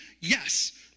Yes